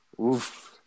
Oof